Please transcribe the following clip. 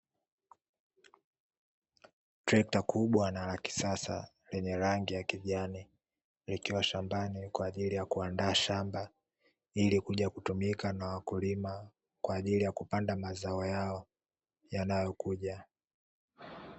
Trekta kubwa na la kisasa lenye rangi ya kijani likiwa shamba kwa ajili ya kuandaa shamba, ili kuja kutumiwa na wakulima kupanda mazao yao yanayokuja.